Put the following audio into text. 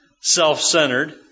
self-centered